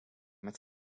met